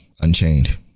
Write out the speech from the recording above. Unchained